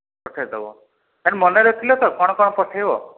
ପଚାରି ଦେବ ମାନେ ମନେ ରଖିଲ ତ କ'ଣ କ'ଣ ପଠାଇବ